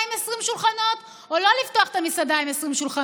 עם 20 שולחנות או לא לפתוח את המסעדה עם 20 שולחנות,